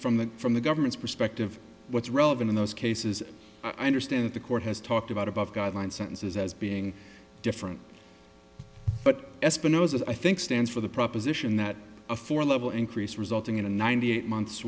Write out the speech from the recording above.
from the from the government's perspective what's relevant in those cases i understand the court has talked about above guideline sentences as being different but espinosa i think stands for the proposition that a four level increase resulting in a ninety eight months